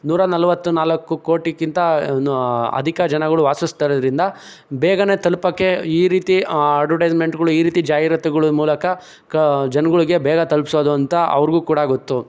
ನೂರ ನಲ್ವತ್ತ ನಾಲ್ಕು ಕೋಟಿಗಿಂತಲೂ ಅಧಿಕ ಜನಗಳು ವಾಸಿಸ್ತಿರೋದ್ರಿಂದ ಬೇಗನೆ ತಲುಪೋಕೆ ಈ ರೀತಿ ಅಡ್ವರ್ಟೈಸ್ಮೆಂಟ್ಗಳು ಈ ರೀತಿ ಜಾಹಿರಾತುಗಳು ಮೂಲಕ ಕ ಜನಗಳಿಗೆ ಬೇಗ ತಲುಪಿಸೋದು ಅಂತ ಅವ್ರಿಗೂ ಕೂಡ ಗೊತ್ತು